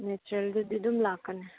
ꯅꯦꯆꯔꯦꯜꯗꯗꯤ ꯑꯗꯨꯝ ꯂꯥꯛꯀꯅꯤ